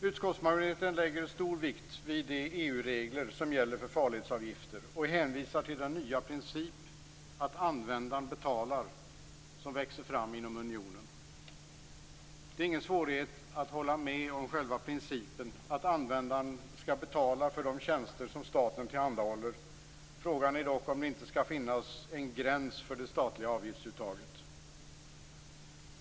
Utskottsmajoriteten lägger stor vikt vid de EU regler som gäller för farledsavgifter och hänvisar till den nya princip om att användaren betalar som nu växer fram inom unionen. Det är ingen svårighet att hålla med om själva principen att användaren skall betala för de tjänster som staten tillhandahåller. Frågan är dock om det inte skall finnas en gräns för det statliga avgiftsuttaget.